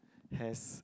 has